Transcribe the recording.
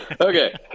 okay